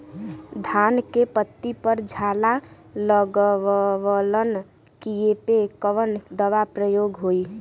धान के पत्ती पर झाला लगववलन कियेपे कवन दवा प्रयोग होई?